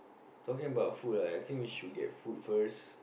talking about food right I think we should get food first